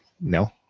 No